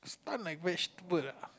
stunned like vegetables